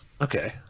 okay